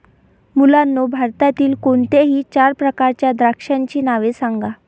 मुलांनो भारतातील कोणत्याही चार प्रकारच्या द्राक्षांची नावे सांगा